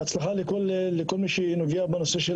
בהצלחה לכל מי שנוגע בנושא של